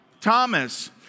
Thomas